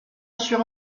sur